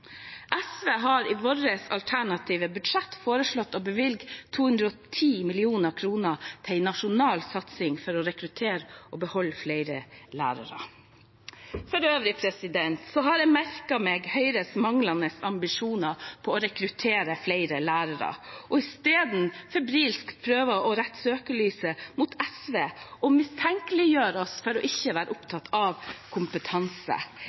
SV har i sitt alternative budsjett foreslått å bevilge 210 mill. kr til en nasjonal satsing for å rekruttere og beholde flere lærere. For øvrig har jeg merket meg Høyres manglende ambisjoner om å rekruttere flere lærere. I stedet prøver de febrilsk å rette søkelyset mot SV og mistenkeliggjøre oss for ikke å være opptatt av kompetanse.